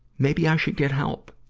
maybe i should get help.